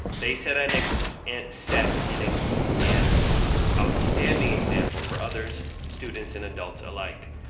they set an, like so and set and an an outstanding example for others, students and adults alike.